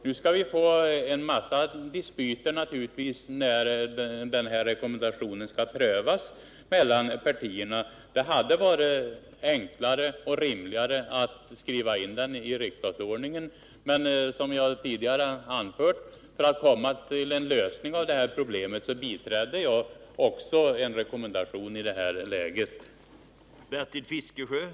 Nu får vi förmodligen en massa dispyter mellan partierna när rekommendationen skall prövas. Det hade varit enklare och rimligare att skriva in den i riksdagsordningen. Men, som jag tidigare anförde, för att få en lösning av problemet biträdde jag i det här läget en rekommendation.